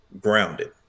grounded